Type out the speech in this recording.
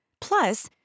Plus